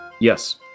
Yes